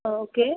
ஆ okay